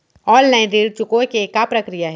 Online ऋण चुकोय के का प्रक्रिया हे?